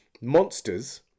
monsters